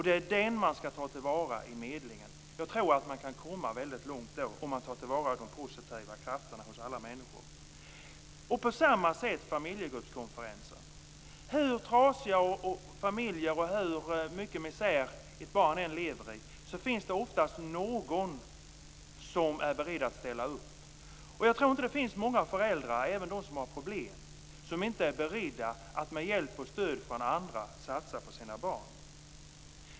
Det är den man skall ta till vara i medlingen. Jag tror att man kan komma väldigt långt om man tar till vara de positiva krafterna hos alla människor. På samma sätt är det med familjegruppskonferenser. Hur trasiga familjer och hur mycket misär ett barn än lever i finns det oftast någon som är beredd att ställa upp. Jag tror inte att det finns många föräldrar, även bland dem som har problem, som inte är beredda att med hjälp och stöd från andra satsa på sina barn.